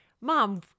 Mom